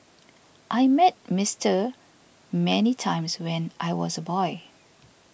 I met Mister many times when I was a boy